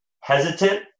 hesitant